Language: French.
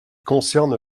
concerne